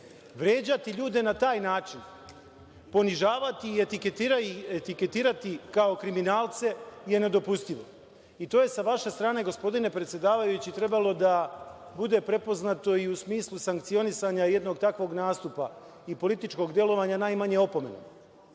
ljude na taj način, ponižavati i etiketirati ih kao kriminalce je nedopustivo i to je sa vaše strane, gospodine predsedavajući, trebalo da bude prepoznato i u smislu sankcionisanja jednog takvog nastupa i političkog delovanja najmanje opomenom,